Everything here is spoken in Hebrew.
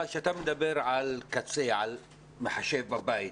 כשאתה מדבר על קצה, על מחשב בבית,